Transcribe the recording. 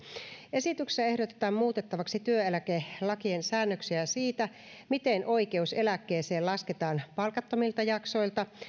esityksessä ehdotetaan muutettavaksi työeläkelakien säännöksiä siitä miten oikeus eläkkeeseen lasketaan palkattomilta jaksoilta